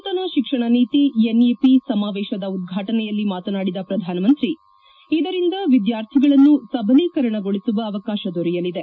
ನೂತನ ಶಿಕ್ಷಣ ನೀತಿ ಎನ್ಇಪಿ ಸಮಾವೇಶದ ಉದ್ವಾಟನೆಯಲ್ಲಿ ಮಾತನಾಡಿದ ಪ್ರಧಾನ ಮಂತ್ರಿ ಇದರಿಂದ ವಿದ್ದಾರ್ಥಿಗಳನ್ನು ಸಬಲೀಕರಣಗೊಳಿಸುವ ಅವಕಾಶ ದೊರೆಯಲಿದೆ